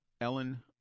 Ellen